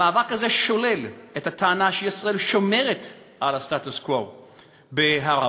המאבק הזה שולל את הטענה שישראל שומרת על הסטטוס-קוו בהר-הבית,